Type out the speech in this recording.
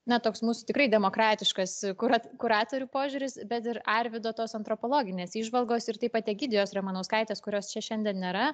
na toks mūsų tikrai demokratiškas kurat kuratorių požiūris bet ir arvydo tos antropologinės įžvalgos ir taip pat egidijos ramanauskaitės kurios čia šiandien nėra